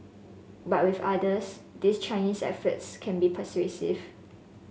but with others these Chinese efforts can be persuasive